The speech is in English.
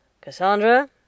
Cassandra